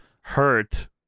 hurt